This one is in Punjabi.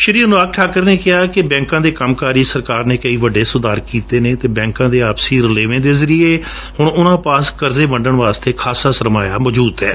ਸ਼੍ਸੀ ਅਨੁਰਾਗ ਠਾਕੁਰ ਨੇ ਕਿਹਾ ਕਿ ਬੈਂਕਾਂ ਦੇ ਕੰਮਕਾਰ ਵਿਚ ਸਰਕਾਰ ਨੇ ਕਈ ਵੱਡੇ ਸੁਧਾਰ ਕੀਤੇ ਨੇ ਅਤੇ ਬੈਂਕਾਂ ਦੇ ਆਪਸੀ ਰਲੇਵੇਂ ਦੇ ਜਰਿਏ ਹੁਣ ਉਨ੍ਹਾਂ ਪਾਸ ਦਰਜੇ ਵੰਡਣ ਲਈ ਖਾਸਾ ਸਰਮਾਇਆ ਮੌਜੂਦ ਹੋਵੇਗਾ